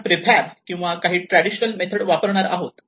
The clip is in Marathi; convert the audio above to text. आपण प्रिफॅब किंवा काही ट्रॅडिशनल मेथड वापरणार आहोत